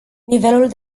nivelul